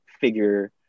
figure